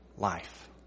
Life